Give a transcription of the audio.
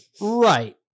Right